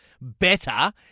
better